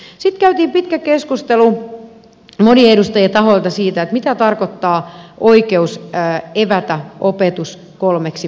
sitten käytiin pitkä keskustelu monien edustajien taholta siitä mitä tarkoittaa oikeus evätä opetus kolmeksi päiväksi